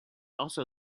also